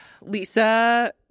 Lisa